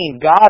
God